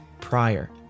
prior